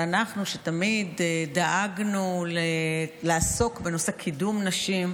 ואנחנו, שתמיד דאגנו לעסוק בנושא קידום נשים,